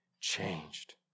changed